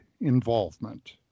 involvement